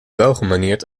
welgemanierd